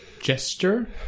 gesture